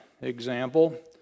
example